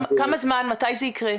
מתי זה יקרה?